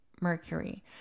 Mercury